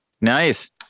Nice